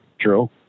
True